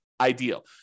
ideal